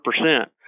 percent